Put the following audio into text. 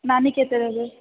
नानीके ओतऽ रहबै